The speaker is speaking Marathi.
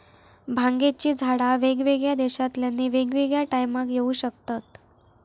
भांगेची झाडा वेगवेगळ्या देशांतल्यानी वेगवेगळ्या टायमाक येऊ शकतत